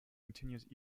continues